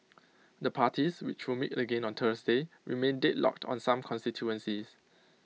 the parties which will meet again on Thursday remain deadlocked on some constituencies